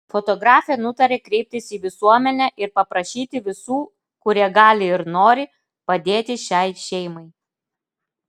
fotografė nutarė kreiptis į visuomenę ir paprašyti visų kurie gali ir nori padėti šiai šeimai